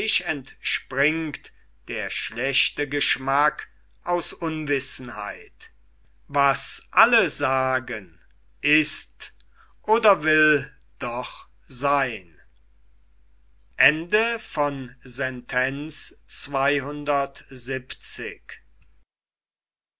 entspringt der schlechte geschmack aus unwissenheit was alle sagen ist oder will doch seyn